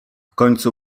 końcu